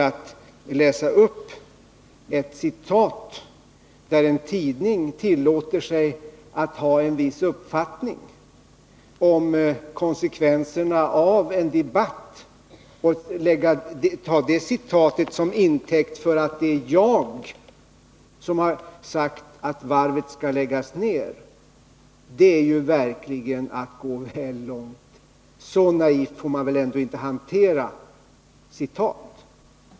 Att läsa upp ett citat från en tidning, som tillåter sig att ha en viss uppfattning om konsekvenserna av en debatt, och ta det citatet som intäkt för att det är jag som har sagt att varvet skall läggas ned, det är verkligen att gå väl långt. Så naivt får man ändå inte hantera citat!